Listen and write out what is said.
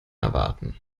erwarten